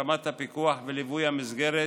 רמת הפיקוח וליווי המסגרת